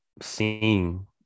seeing